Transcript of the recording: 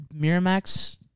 Miramax